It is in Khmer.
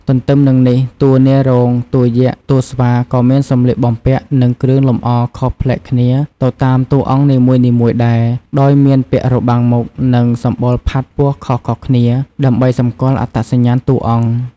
ទន្ទឹមនឹងនេះ តួនាយរោង តួយក្ស តួស្វាក៏មានសម្លៀកបំពាក់ និងគ្រឿងលម្អខុសប្លែកគ្នាទៅតាមតួអង្គនីមួយៗដែរ ដោយមានពាក់របាំងមុខ និងសម្បុរផាត់ពណ៌ខុសៗគ្នា ដើម្បីសម្គាល់អត្តសញ្ញាណតួអង្គ។